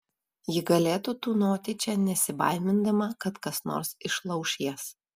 ji galėtų tūnoti čia nesibaimindama kad kas nors išlauš jas